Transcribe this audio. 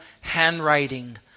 handwriting